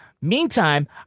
Meantime